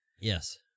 Yes